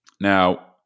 Now